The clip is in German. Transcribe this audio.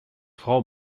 frau